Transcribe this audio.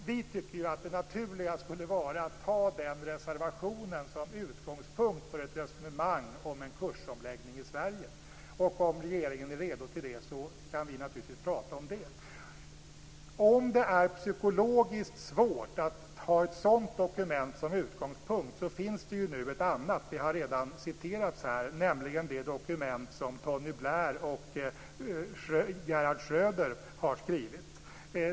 Vi tycker att det naturliga skulle vara att ta den reservationen som utgångspunkt för ett resonemang om en kursomläggning i Sverige. Om regeringen är redo för det kan vi prata om det. Om det är psykologiskt svårt att ta ett sådant dokument som utgångspunkt finns det nu ett annat - det har redan citerats här - nämligen det dokument som Tony Blair och Gerhard Schröder har skrivit.